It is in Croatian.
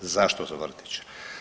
Zašto za vrtiće?